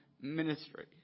ministry